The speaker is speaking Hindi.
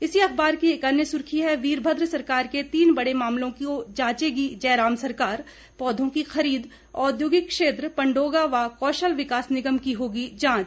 इसी अखबार की एक अन्य सुर्खी है वीरभद्र सरकार के तीन बड़े मामलों को जांचेगी जयराम सरकार पौधों की खरीद औद्योगिक क्षेत्र पंडोगा व कौशल विकास निगम की होगी जांच